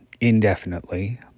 indefinitely